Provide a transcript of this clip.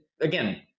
again –